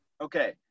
Okay